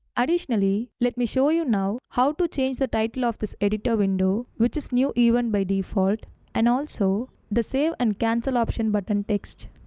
additionally, let me show you now know how to change the title of this editor window, which is new event by default and also the save and cancel option button text.